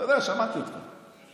אתה יודע, שמעתי אותך.